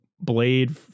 Blade